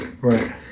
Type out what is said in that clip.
Right